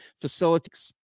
facilities